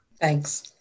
Thanks